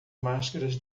máscaras